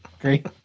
great